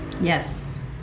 Yes